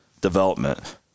development